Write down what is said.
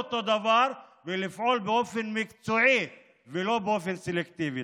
אותו דבר, ולפעול באופן מקצועי ולא באופן סלקטיבי.